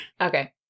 Okay